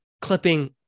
clipping